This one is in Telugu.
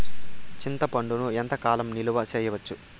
చింతపండును ఎంత కాలం నిలువ చేయవచ్చు?